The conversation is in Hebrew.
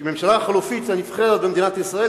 ממשלה חלופית נבחרת במדינת ישראל,